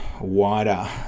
wider